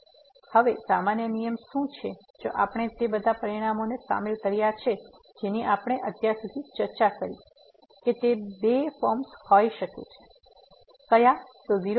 તેથી હવે સામાન્ય નિયમ શું છે જો આપણે તે બધા પરિણામોને શામેલ કર્યા છે જેની આપણે અત્યાર સુધી ચર્ચા કરી છે કે તે બે ફોર્મ્સ હોઈ શકે છે